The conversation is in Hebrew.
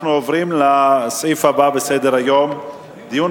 אנחנו עוברים לסעיף הבא בסדר-היום: דיון